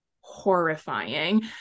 horrifying